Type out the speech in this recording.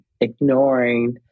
ignoring